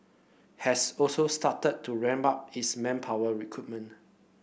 has also started to ramp up its manpower recruitment